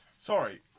Sorry